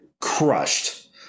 crushed